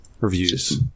reviews